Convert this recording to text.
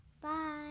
Bye